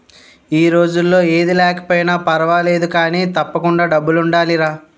ఈ రోజుల్లో ఏది లేకపోయినా పర్వాలేదు కానీ, తప్పకుండా డబ్బులుండాలిరా